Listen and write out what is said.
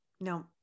no